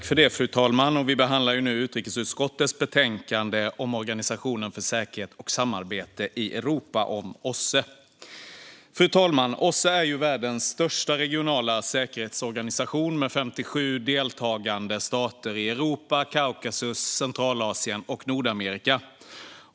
Fru talman! Vi behandlar nu utrikesutskottets betänkande om Organisationen för säkerhet och samarbete i Europa, OSSE. Fru talman! OSSE är världens största regionala säkerhetsorganisation med 57 deltagande stater i Europa, Kaukasus, Centralasien och Nordamerika.